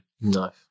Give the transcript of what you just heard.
Nice